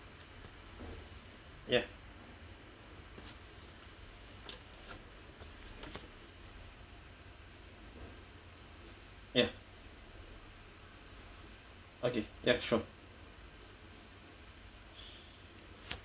ya ya okay ya sure